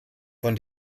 von